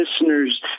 listeners